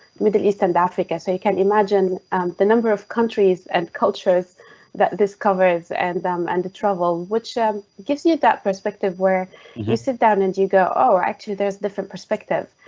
middle east and africa so you can imagine the number of countries and cultures that discovers and and travel which um gives you that perspective where you sit down and you go. oh actually, there's different perspective.